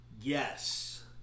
Yes